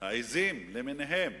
העזים למיניהן,